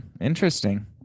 interesting